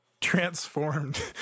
transformed